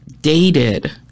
dated